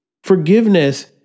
Forgiveness